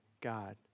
God